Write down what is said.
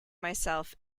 myself